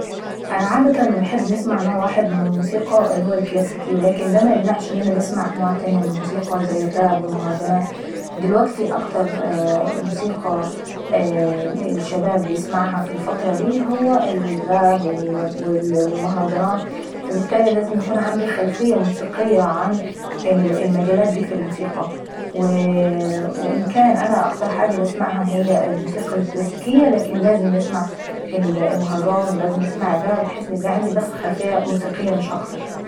انا عادة ما نحب نسمع نوع واحد من الموسيقى وهو الموسيقى الكلاسيكية، ولكن دا ميمنعش ان انا نسمع أنواع تانية من الموسيقى زي الراب والمهراجانات. دلوكتي الموسيقى اللي عيسمعها الشباب الفترة داي هي الراب والمهرجانات وبالتالي لازم يكون عيندي خلفية موسيقية عن المجالات دي في الموسيقى. وان كان اكتر حاجة باسمعها هي الموسيقى الكلاسكيةي لكن لازم نسمع الراب والمهرجان بحيث يكون عيندي خلفية موسيقية مش اكتر.